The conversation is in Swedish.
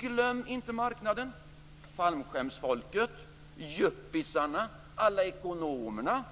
Glöm inte marknaden, fallskärmsfolket, yuppisarna, alla ekonomer